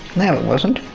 no, it wasn't,